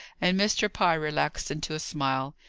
and mr. pye relaxed into a smile.